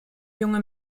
junge